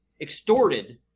extorted